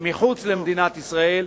מחוץ למדינת ישראל,